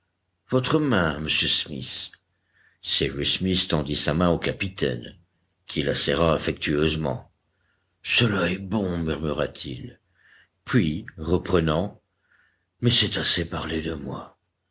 votre main monsieur smith cyrus smith tendit sa main au capitaine qui la serra affectueusement cela est bon murmura-t-il puis reprenant mais c'est assez parler de moi